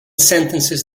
sentences